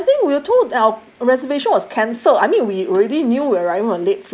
and then I think we're told our reservation was cancelled I mean we already knew